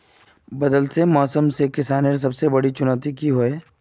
बदलते मौसम से किसानेर सबसे बड़ी चुनौती की होय?